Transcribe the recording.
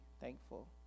thankful